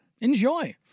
Enjoy